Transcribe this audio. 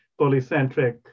polycentric